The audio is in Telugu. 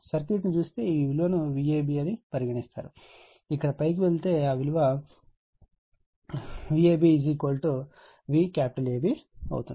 సర్క్యూట్ ను చూస్తే ఈ విలువ ను Vab అని పరిగణిస్తారు ఇక్కడ పైకి వెళ్తే ఆ విలువ Vab VAB అవుతుంది